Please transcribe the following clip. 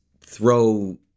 throw